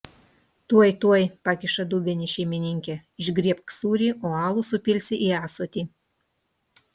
tuoj tuoj pakiša dubenį šeimininkė išgriebk sūrį o alų supilsi į ąsotį